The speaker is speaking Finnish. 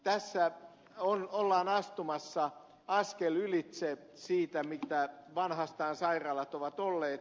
tässä ollaan astumassa askel ylitse sen mitä vanhastaan sairaalat ovat olleet